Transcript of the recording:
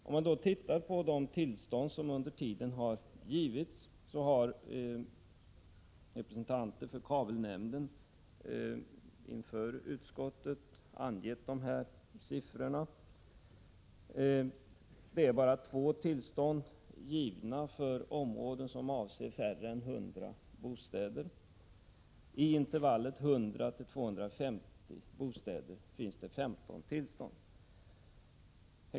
Representanter för kabelnämnden har inför utskottet redovisat hur många tillstånd som under tiden givits. Endast två tillstånd har givits för områden som avser färre än 100 bostäder. Vad gäller intervallet 100—250 bostäder har 15 tillstånd givits.